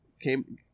came